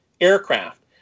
aircraft